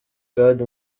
god